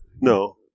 No